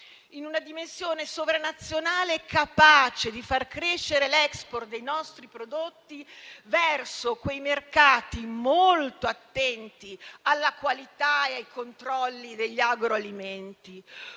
in una dimensione sovranazionale, capace di far crescere l'*export* dei nostri prodotti verso i mercati molto attenti alla qualità e ai controlli degli agroalimenti,